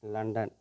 London